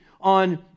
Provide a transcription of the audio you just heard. on